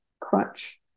crunch